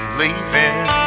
leaving